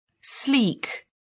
sleek